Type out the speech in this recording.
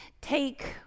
take